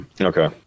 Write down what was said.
Okay